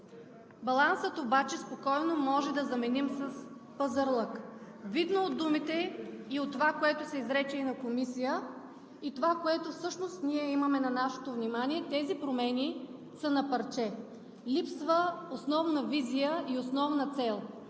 Балансът обаче спокойно можем да заменим с пазарлък. Видно от думите и от това, което се изрече и в Комисията, и това, което имаме на нашето внимание, тези промени са на парче. Липсва основна визия и основна цел,